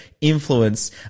influence